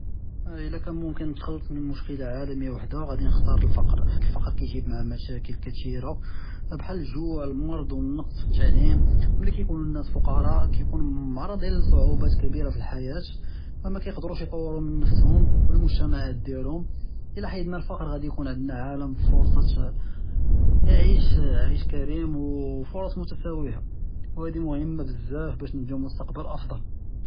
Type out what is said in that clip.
אלא כאן מומכן נתכלץ מן מושכּילה עאלמיה וחדה ראדי נכתאר אלפקר חית אלפקר כיג׳יב מעאה מושאכּל כתירה בחאל אלג׳וע, אלמרד וונקץ פי אלתעלים, מללי כיכונו אלנאס פקרא כיכונו מערצ׳ין לצעובאת כבירא פי אלחיאת ומא כיכדרוש יטוורו מן נפסהום ומן מוג׳תמאעת דיאלهوم, אלא חיידנא אלפקר ראדי יכון ענדנא עאלם פרצה אה עיש עיש כרימ ופרץ מתסאוויה והאדי מוהימה בזאף באש נבניו מסטקבל אצ׳פע.